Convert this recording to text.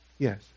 yes